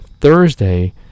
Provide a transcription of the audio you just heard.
thursday